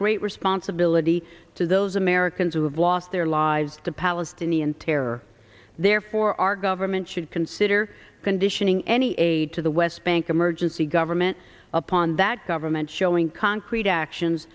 great responsibility to those americans who have lost their lives the palestinian terror therefore our government should consider conditioning any aid to the west bank emergency government upon that government showing concrete actions